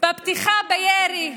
בפתיחה בירי,